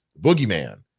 Boogeyman